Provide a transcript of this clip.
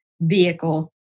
vehicle